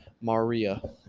Maria